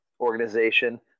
organization